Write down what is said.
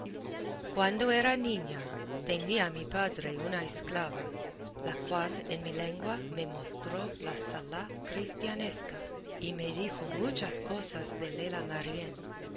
cuando yo era niña tenía mi padre una esclava la cual en mi lengua me mostró la zalá cristianesca y me dijo muchas cosas de lela marién